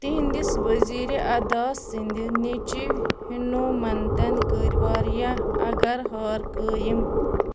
تِہِنٛدِس وزیٖرِ ادا سٕنٛدِ نیٚچِو ہِنومنتَن كٔرۍ وارِیاہ اگرہار قٲیم